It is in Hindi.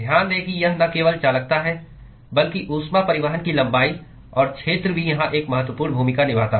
ध्यान दें कि यह न केवल चालकता है बल्कि ऊष्मा परिवहन की लंबाई और क्षेत्र भी यहां एक महत्वपूर्ण भूमिका निभाता है